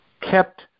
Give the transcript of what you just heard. kept